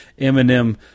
Eminem